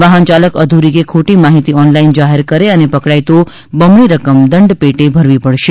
વાહનચાલક અધુરી કે ખોટી માહિતી ઓનલાઇન જાહેર કરે અને પકડાય તો બમણી રકમ દંડ પેટે ભરવી પડશે